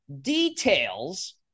details